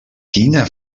quina